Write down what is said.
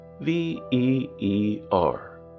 V-E-E-R